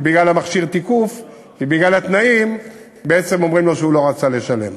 ובגלל מכשיר תיקוף ובגלל התנאים בעצם אומרים לו שהוא לא רצה לשלם.